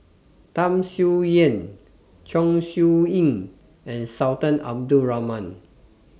Tham Sien Yen Chong Siew Ying and Sultan Abdul Rahman